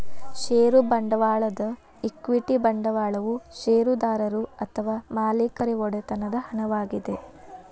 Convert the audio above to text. ಷೇರು ಬಂಡವಾಳದ ಈಕ್ವಿಟಿ ಬಂಡವಾಳವು ಷೇರುದಾರರು ಅಥವಾ ಮಾಲೇಕರ ಒಡೆತನದ ಹಣವಾಗಿದೆ